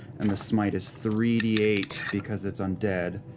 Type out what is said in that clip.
and the smite is three d eight because it's undead.